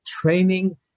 training